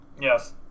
Yes